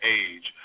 age